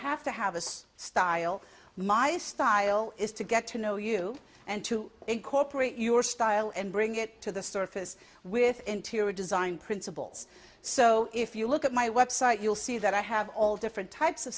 have to have a style my style is to get to know you and to incorporate your style and bring it to the surface with interior design principles so if you look at my website you'll see that i have all different types of